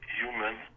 human